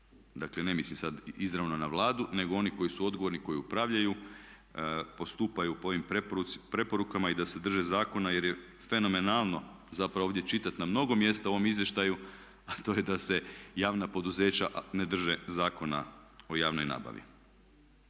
Dakle, ne mislim sad izravno na Vladu nego oni koji su odgovorni koji upravljaju postupaju po ovim preporukama i da se drže zakona jer je fenomenalno zapravo ovdje čitati na mnogo mjesta u ovom izvještaju da se javna poduzeća ne drže Zakona o javnoj nabavi.